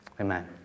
Amen